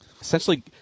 essentially